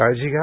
काळजी घ्या